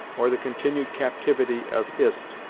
or the continued captivity of hist,